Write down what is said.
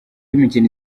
imikino